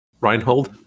Reinhold